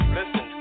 listen